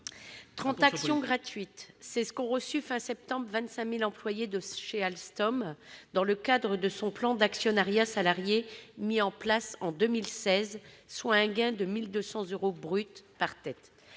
actions gratuites ! C'est ce qu'ont reçu, fin septembre, 25 000 employés de chez Alstom dans le cadre de son plan d'actionnariat salarié mis en place en 2016, soit un gain de 1 200 euros brut par tête.